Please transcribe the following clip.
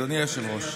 אדוני היושב-ראש,